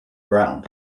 ground